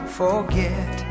forget